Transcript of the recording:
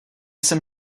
jsem